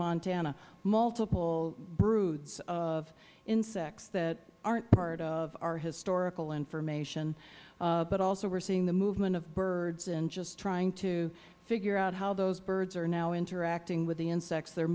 montana multiple broods of insects that aren't part of our historical information but also we are seeing the movement of birds and just trying to figure out how those birds are now interacting with the insects th